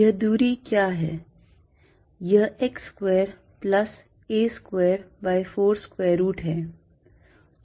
यह दूरी क्या है यह x square plus a square by 4 square root है